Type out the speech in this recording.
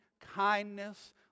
kindness